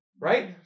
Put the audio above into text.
right